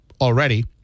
already